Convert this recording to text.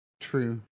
True